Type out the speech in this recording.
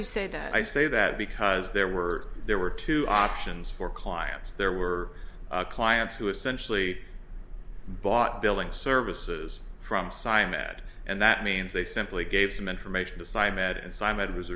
you say that i say that because there were there were two options for clients there were clients who essentially bought billing services from simon had and that means they simply gave them information to sign med and simon w